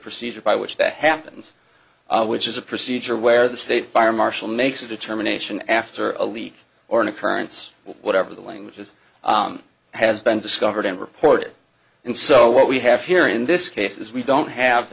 procedure by which that happens which is a procedure where the state fire marshal makes a determination after a leak or an occurrence whatever the language is has been discovered and reported and so what we have here in this case is we don't have